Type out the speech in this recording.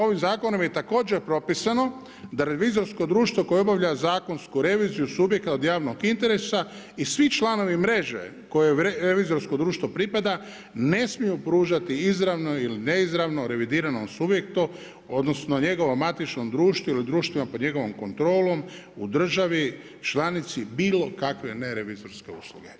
Ovim zakonom je također propisano da revizorsko društvo koje obavlja zakonsku reviziju subjekata od javnog interesa i svi članovi mreže kojoj revizorsko društvo pripada ne smiju pružati izravno ili neizravno revidiranom subjektu, odnosno njegovom matičnom društvu ili društvima pod njegovom kontrolom u državi članici bilo kakve nerevizorske usluge.